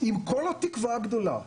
עם כל התקווה הגדולה,